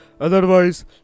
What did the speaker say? Otherwise